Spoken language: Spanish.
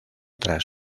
tras